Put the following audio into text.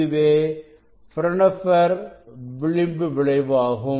இதுவே பிரான்ஹோபெர் விளிம்பு விளைவாகும்